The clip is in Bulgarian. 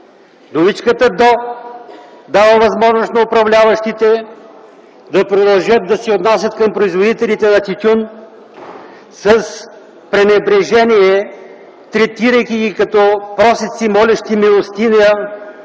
Думичката „до” дава възможност на управляващите да продължат да се отнасят към производителите на тютюн с пренебрежение, третирайки ги като просяци, молещи милостиня,